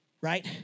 Right